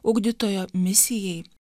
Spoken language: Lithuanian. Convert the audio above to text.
ugdytojo misijai